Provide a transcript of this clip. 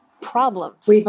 problems